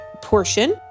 portion